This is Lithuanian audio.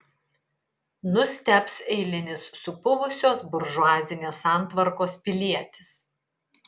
nustebs eilinis supuvusios buržuazinės santvarkos pilietis